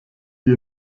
die